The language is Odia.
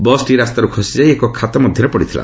ବସ୍ଟି ରାସ୍ତାରୁ ଖସିଯାଇ ଏକ ଖାତ ମଧ୍ୟରେ ପଡ଼ିଥିଲା